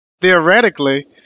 Theoretically